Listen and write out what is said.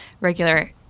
regular